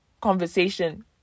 conversation